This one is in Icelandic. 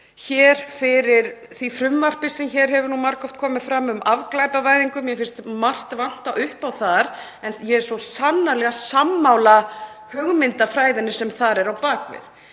talsmaður þess frumvarps sem hér hefur margoft komið fram um afglæpavæðingu. Mér finnst margt vanta upp á þar, en ég er svo sannarlega sammála hugmyndafræðinni sem liggur að baki.